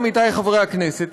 עמיתי חברי הכנסת,